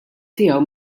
tiegħu